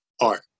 art